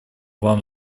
вам